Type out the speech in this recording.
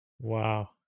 Wow